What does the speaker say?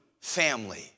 family